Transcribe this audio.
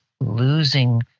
losing